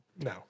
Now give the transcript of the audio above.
No